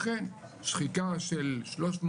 אכן שחיקה של 300,